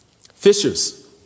Fishers